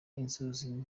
inzuzi